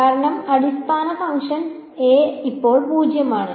കാരണം അടിസ്ഥാന function a ഇപ്പോൾ 0 ആണ്